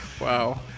Wow